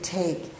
take